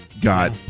got